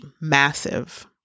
massive